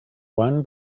one